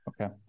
okay